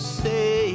say